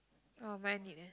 orh mine need leh